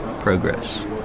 progress